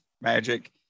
Magic